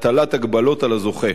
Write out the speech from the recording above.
הגבלות על הזוכה.